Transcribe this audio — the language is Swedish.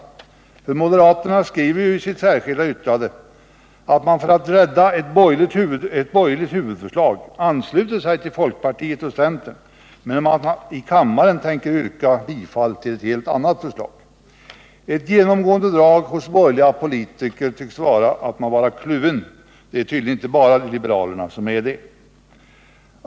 Moderaterna skriver ju i sitt särskilda yttrande att man för att rädda ett borgerligt huvudförslag anslutit sig till folkpartiet och centern, men att man i kammaren tänker yrka bifall till ett helt annat förslag. Ett genomgående drag hos borgerliga politiker tycks vara att vara kluven. Det gäller tydligen inte bara liberalerna.